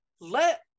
let